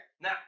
now